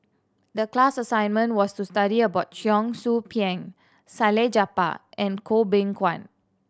the class assignment was to study about Cheong Soo Pieng Salleh Japar and Goh Beng Kwan